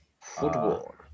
Football